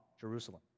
Jerusalem